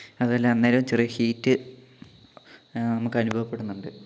അതുവല്ല അന്നേരവും ചെറിയ ഹീറ്റ് നമുക്ക് അനുഭവപ്പെടുന്നുണ്ട്